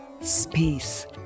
space